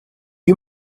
you